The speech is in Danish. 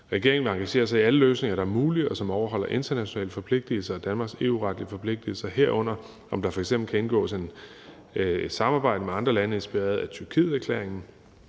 Regeringen vil engagere sig i alle løsninger, der er mulige, og som overholder internationale forpligtigelser og Danmarks EU-retlige forpligtigelser, herunder om der f.eks. kan indgås et samarbejde med andre lande inspireret af Tyrkieterklæringen,